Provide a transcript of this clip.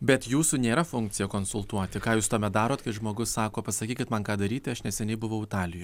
bet jūsų nėra funkcija konsultuoti ką jus tuomet darot kai žmogus sako pasakykit man ką daryti aš neseniai buvau italijoj